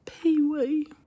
Pee-wee